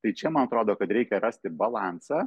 tai čia man atrodo kad reikia rasti balansą